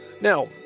Now